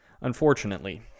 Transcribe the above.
Unfortunately